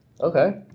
Okay